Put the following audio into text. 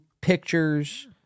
pictures